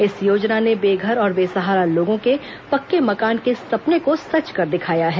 इस योजना ने बेघर और बेसहारा लोगों के पक्के मकान के सपने को सच कर दिखाया है